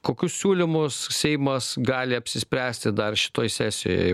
kokius siūlymus seimas gali apsispręsti dar šitoj sesijoj